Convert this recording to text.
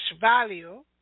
value